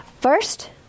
First